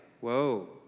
whoa